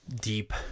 deep